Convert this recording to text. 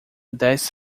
dez